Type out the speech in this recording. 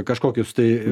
kažkokius tai